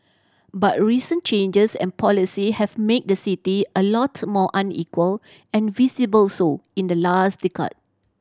but recent changes and policy have made the city a lot more unequal and visible so in the last decade